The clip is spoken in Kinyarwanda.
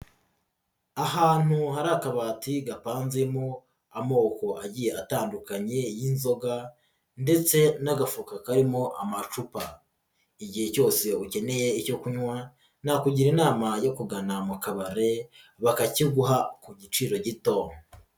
Ahantu hari akabati gapanzemo amoko agiye atandukanye y'inzoga ndetse n'agafuka karimo amacupa, igihe cyose ukeneye icyo kunywa nakugira inama yo kugana mu kabare bakakiguha ku giciro gito.